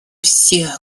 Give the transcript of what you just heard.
все